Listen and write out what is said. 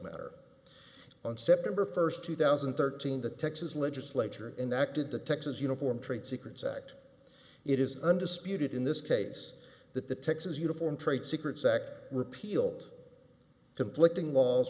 matter on september first two thousand and thirteen the texas legislature enacted the texas uniform trade secrets act it is undisputed in this case that the texas uniform trade secrets act repealed conflicting laws